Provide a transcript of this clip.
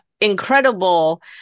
incredible